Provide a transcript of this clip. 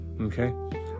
okay